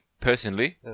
personally